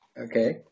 Okay